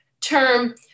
term